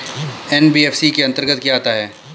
NBFC के अंतर्गत क्या आता है?